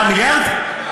4 מיליארד?